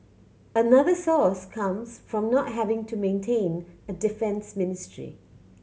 another source comes from not having to maintain a defence ministry